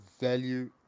value